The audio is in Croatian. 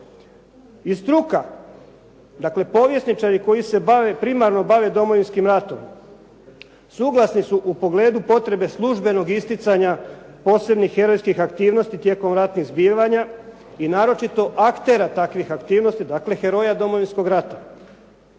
I struka, dakle, povjesničari koji se bave, primarno bave Domovinskim ratom, suglasni su u pogledu potrebe službenog isticanja posebnih herojskih aktivnosti tijekom ratnih zbivanja i naročito aktera takvih aktivnosti, dakle, heroja Domovinskog rata.